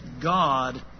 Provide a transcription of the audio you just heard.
God